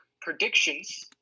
predictions